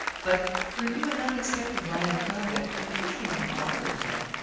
but her new and unexpected line of conduct completely bewildered him.